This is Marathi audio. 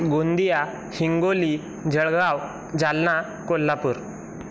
गोंदिया हिंगोली जळगाव जालना कोल्हापूर